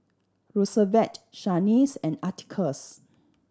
Roosevelt Shanice and Atticus